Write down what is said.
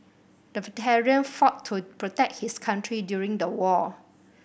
the veteran fought to protect his country during the war